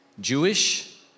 Jewish